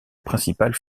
principale